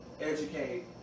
educate